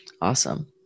Awesome